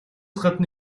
гадна